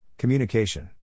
Communication